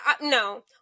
No